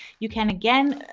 you can, again,